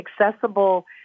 accessible